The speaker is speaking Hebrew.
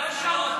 הרב